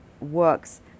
works